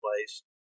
place